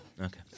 Okay